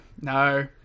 no